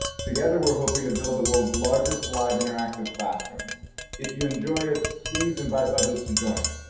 together we're hoping to build the world's largest live interactive classroom if you enjoy it, please invite others to join.